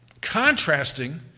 contrasting